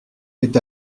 est